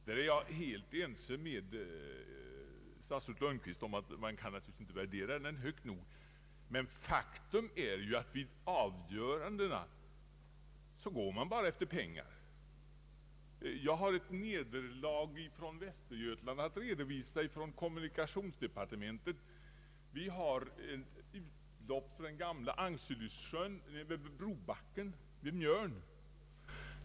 Jag är helt ense med statsrådet Lundkvist om att man naturligtvis inte kan värdera den högt nog. Men faktum är att vid avgörandena så går man bara efter penningvärdet. Jag har ett nederlag från Västergötland att redovisa, som gällde kommunikationsdepartementet. Vi har utlopp för den gamla Ancylussjön vid Brobacken invid Mjörn.